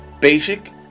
basic